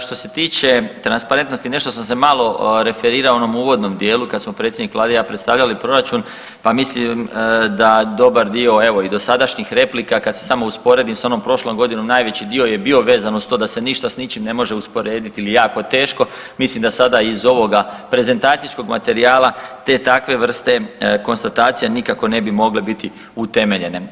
Što se tiče transparentnosti, nešto sam se malo referirao u onom uvodnom dijelu kad smo predsjednik Vlade i ja predstavljali proračun, pa mislim da dobar dio, evo i dosadašnjih replika kad se samo usporedi sa ovom prošlom godinom, najveći dio je bio vezan uz to da se ništa s ničim ne može usporediti ili jako je teško, mislim da sada iz ovoga prezentacijskog materijala te takve vrste konstatacija nikako ne bi mogle biti utemeljene.